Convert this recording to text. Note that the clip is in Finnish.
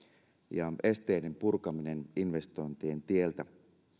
ja esteiden purkaminen investointien tieltä